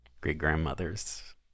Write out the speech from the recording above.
great-grandmother's